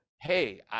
Hey